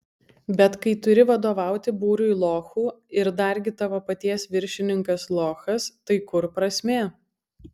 bet kai turi vadovauti būriui lochų ir dargi tavo paties viršininkas lochas tai kur prasmė